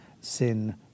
sin